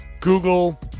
Google